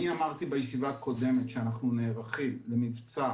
אני אמרתי בישיבה הקודמת שאנחנו נערכים למבצע